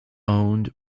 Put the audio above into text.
owned